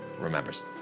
remembers